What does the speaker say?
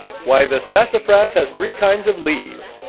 why the sassafras has three kinds of leaves!